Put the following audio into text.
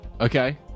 Okay